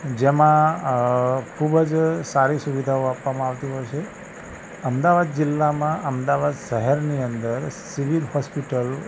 જેમાં અ ખૂબ જ સારી સુવિધાઓ આપવામાં આવતી હોય છે અમદાવાદ જિલ્લામાં અમદાવાદ શહેરની અંદર સિવિલ હૉસ્પિટલ